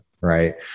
right